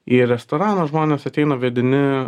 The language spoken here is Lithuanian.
į restoraną žmonės ateina vedini